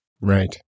Right